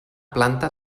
planta